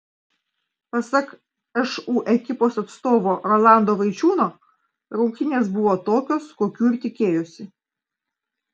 pasak šu ekipos atstovo rolando vaičiūno rungtynės buvo tokios kokių ir tikėjosi